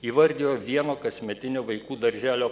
įvardijo vieno kasmetinio vaikų darželio